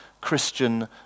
Christian